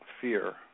fear